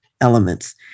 elements